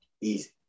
easy